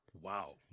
Wow